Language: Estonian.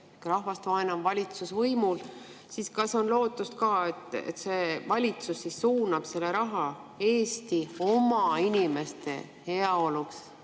rahvast vaenav valitsus võimul, siis kas on lootust, et see valitsus suunab selle raha Eesti oma inimeste heaolusse